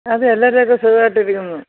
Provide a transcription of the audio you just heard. അത് എല്ലാവരും ഒക്കെ സുഖമായിട്ടിരിക്കുന്നു